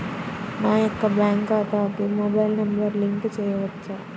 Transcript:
నా యొక్క బ్యాంక్ ఖాతాకి మొబైల్ నంబర్ లింక్ చేయవచ్చా?